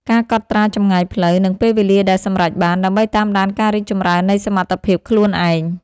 ការកត់ត្រាចម្ងាយផ្លូវ និងពេលវេលាដែលសម្រេចបាន ដើម្បីតាមដានការរីកចម្រើននៃសមត្ថភាពខ្លួនឯង។